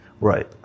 right